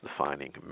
defining